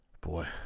boy